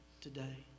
Today